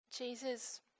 Jesus